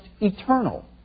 eternal